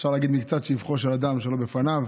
אפשר להגיד מקצת שבחו של אדם שלא בפניו.